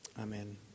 Amen